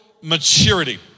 maturity